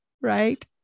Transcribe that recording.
Right